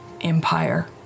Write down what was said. Empire